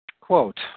Quote